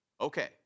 Okay